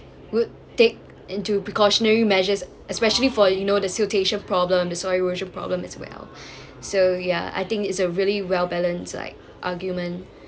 would take into precautionary measures especially for you know the silation problem the soil erosion problem as well so ya I think is a really well balanced like argument